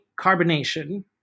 carbonation